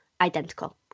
identical